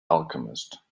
alchemist